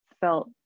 felt